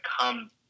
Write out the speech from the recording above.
come